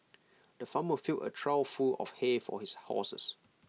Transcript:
the farmer filled A trough full of hay for his horses